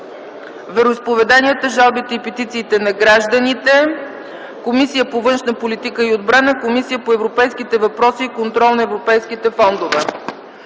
вероизповеданията, жалбите и петициите на гражданите, Комисията по външна политика и отбрана и Комисията по европейските въпроси и контрол на европейските фондове.